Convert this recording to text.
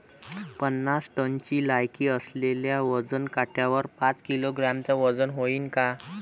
पन्नास टनची लायकी असलेल्या वजन काट्यावर पाच किलोग्रॅमचं वजन व्हईन का?